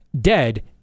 dead